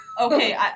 Okay